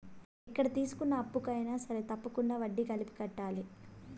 ఎక్కడ తీసుకున్న అప్పుకు అయినా సరే తప్పకుండా వడ్డీ కలిపి కట్టాలి